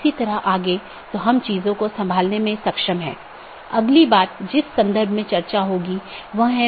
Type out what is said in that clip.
packet IBGP साथियों के बीच फॉरवर्ड होने के लिए एक IBGP जानकार मार्गों का उपयोग करता है